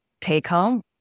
take-home